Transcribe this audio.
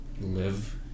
live